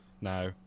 now